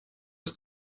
ist